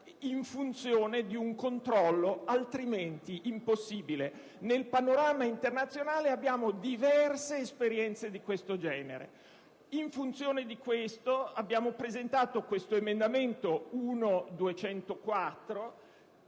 in funzione di un controllo altrimenti impossibile. Nel panorama internazionale esistono diverse esperienze di questo genere. In funzione delle considerazioni svolte, abbiamo presentato l'emendamento 1.204